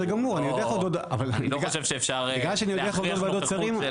בסדר גמור, בגלל שאני יודע איך ועדות שרים עובדות.